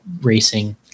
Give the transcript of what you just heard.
racing